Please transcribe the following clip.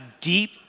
deep